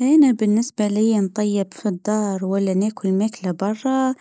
انا بالنسبة لي مطيب في الدار ولا ناكل ماكلة برا